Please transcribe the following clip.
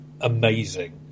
amazing